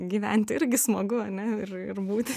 gyventi irgi smagu ane ir ir būti